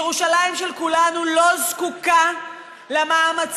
ירושלים של כולנו לא זקוקה למאמצים